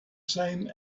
same